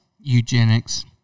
Eugenics